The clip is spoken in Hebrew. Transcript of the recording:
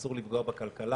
ואסור לפגוע בכלכלה,